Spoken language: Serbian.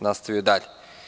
Nastavio bih dalje.